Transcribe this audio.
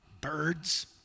birds